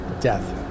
death